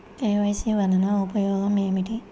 KYC వలన ఉపయోగం ఏమిటీ?